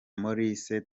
maurice